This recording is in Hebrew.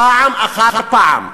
פעם אחר פעם,